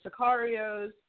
Sicarios